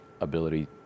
ability